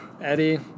Eddie